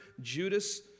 Judas